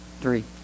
three